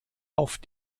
auf